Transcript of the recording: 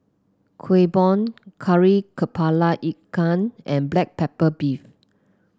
Kueh Bom Kari kepala Ikan and Black Pepper Beef